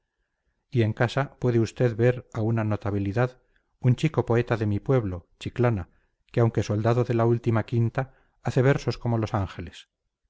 y en casa puede usted ver a una notabilidad un chico poeta de mi pueblo chiclana que aunque soldado de la última quinta hace versos como los ángeles